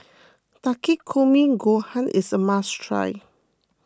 Takikomi Gohan is a must try